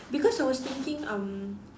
because I was thinking um